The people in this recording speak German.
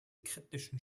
kritischen